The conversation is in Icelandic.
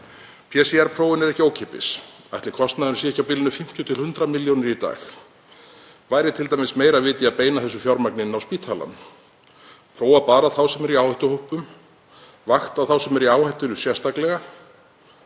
PCR-prófin eru ekki ókeypis. Ætli kostnaðurinn sé ekki á bilinu 50–100 milljónir í dag. Væri t.d. meira vit í að beina því fjármagni inn á spítalann? Prófa bara þá sem eru í áhættuhópum? Vakta þá sem eru í áhættu sérstaklega?